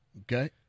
Okay